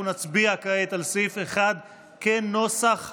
אנחנו נצביע כעת על סעיף 1 כנוסח הוועדה.